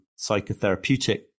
psychotherapeutic